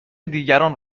دیگران